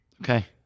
Okay